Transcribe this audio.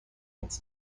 its